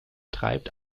treibt